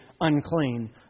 unclean